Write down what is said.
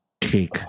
cake